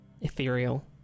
Ethereal